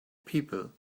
people